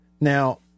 now